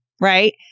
right